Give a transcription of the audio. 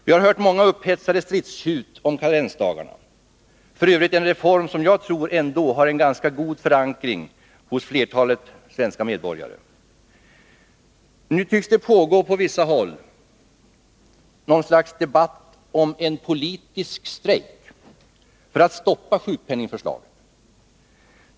Vi har hört många upphetsade stridstjut om karensdagarna, f. ö. en reform som jag ändå tror har en ganska god förankring ute bland flertalet svenska medborgare. Nu tycks det på vissa håll pågå något slags debatt om en politisk strejk för att stoppa sjukpenningsförslaget.